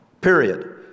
period